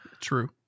True